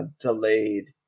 delayed